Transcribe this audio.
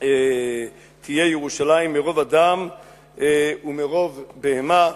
תהיה ירושלים מרוב אדם ומרוב בהמה",